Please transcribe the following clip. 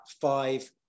five